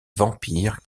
vampire